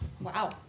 Wow